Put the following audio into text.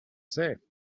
say